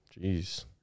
Jeez